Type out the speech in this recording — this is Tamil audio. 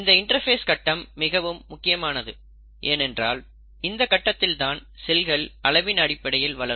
இந்த இன்டர்பேஸ் கட்டம் மிகவும் முக்கியமானது ஏனென்றால் இந்தக் கட்டத்தில்தான் செல்கள் அளவின் அடிப்படையில் வளரும்